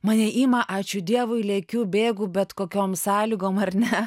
mane ima ačiū dievui lekiu bėgu bet kokiom sąlygom ar ne